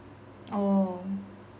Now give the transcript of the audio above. oh